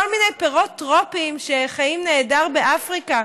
כל מיני פירות טרופיים שחיים נהדר באפריקה.